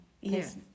Yes